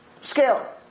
Scale